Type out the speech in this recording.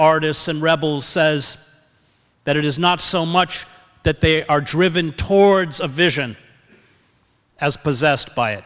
artists and rebels says that it is not so much that they are driven towards a vision as possessed by